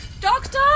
Doctor